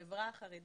החברה החרדית,